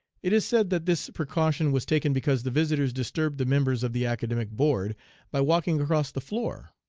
it is said that this precaution was taken because the visitors disturbed the members of the academic board by walking across the floor.